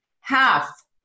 half